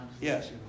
Yes